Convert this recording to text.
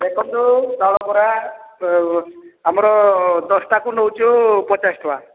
ଦେଖନ୍ତୁ ଚାଉଳ ବରା ଆଉ ଆମର ଦଶଟାକୁ ନେଉଛୁ ପଚାଶ ଟଙ୍କା